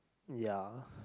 ya